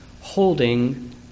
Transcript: holding